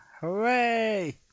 Hooray